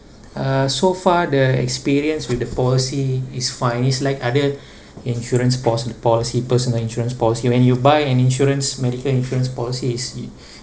uh so far the experience with the policy is fine it's like other insurance poli~ policy personal insurance policy when you buy an insurance medical insurance policy it's